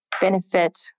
benefit